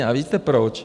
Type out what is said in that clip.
A víte proč?